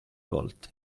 volte